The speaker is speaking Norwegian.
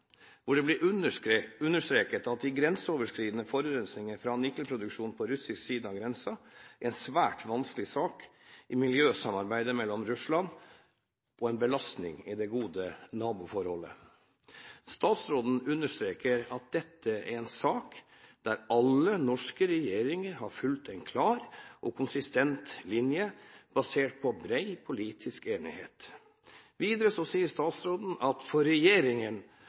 hvor det blir understreket at den grenseoverskridende forurensningen fra nikkelproduksjonen på russisk side av grensen er en svært vanskelig sak i miljøsamarbeidet med Russland og en belastning i det gode naboforholdet. Statsråden understreker at dette er en sak der alle norske regjeringer har fulgt en klar og konsistent linje basert på bred politisk enighet. Videre sier statsråden at for regjeringen